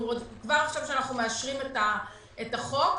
כשאנחנו מאשרים את החוק.